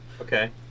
Okay